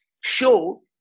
show